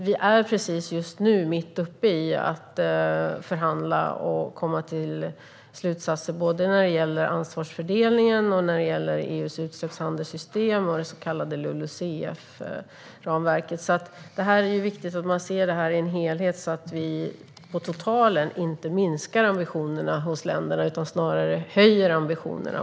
Vi är just nu mitt uppe i att förhandla och komma fram till slutsatser när det gäller såväl ansvarsfördelningen, EU:s utsläppshandelssystem som det så kallade LULUCF-ramverket. Det är viktigt att man ser detta som en helhet så att vi inte totalt sett minskar ländernas ambitioner utan snarare höjer dem.